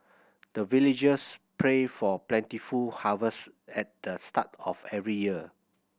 the villagers pray for plentiful harvest at the start of every year